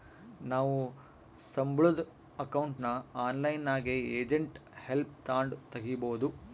ನಾವು ಸಂಬುಳುದ್ ಅಕೌಂಟ್ನ ಆನ್ಲೈನ್ನಾಗೆ ಏಜೆಂಟ್ ಹೆಲ್ಪ್ ತಾಂಡು ತಗೀಬೋದು